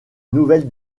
nouvelle